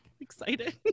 excited